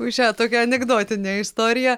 už šią tokią anekdotinę istoriją